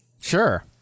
Sure